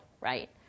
right